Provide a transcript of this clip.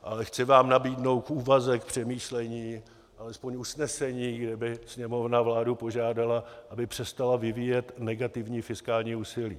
Ale chci vám nabídnout k úvaze, k přemýšlení aspoň usnesení, kde by Sněmovna vládu požádala, aby přestala vyvíjet negativní fiskální úsilí.